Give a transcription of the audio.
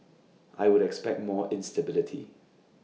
I would expect more instability